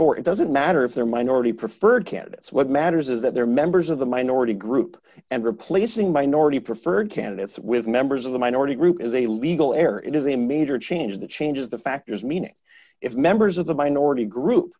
for it doesn't matter if they're minority preferred candidates what matters is that they're members of the minority group and replacing minority preferred candidates with members of the minority group is a legal error it is a major change that changes the factors meaning if members of the minority group